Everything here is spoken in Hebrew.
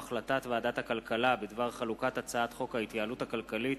החלטת ועדת הכלכלה בדבר חלוקת הצעת חוק ההתייעלות הכלכלית